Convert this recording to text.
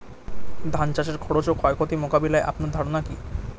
ধান চাষের খরচ ও ক্ষয়ক্ষতি মোকাবিলায় আপনার ধারণা কী?